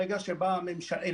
ברגע שבאה הממשלה הינה,